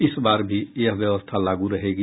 इस बार भी यह व्यवस्था लागू रहेगी